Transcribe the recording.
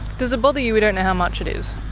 does it bother you we don't know how much it is?